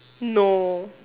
no